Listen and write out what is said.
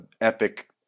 epic